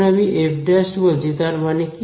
যখন আমি f' বলছি তার মানে কি